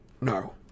No